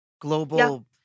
global